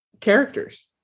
characters